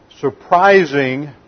surprising